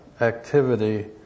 activity